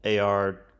AR